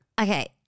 Okay